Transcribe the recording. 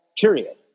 period